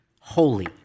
holy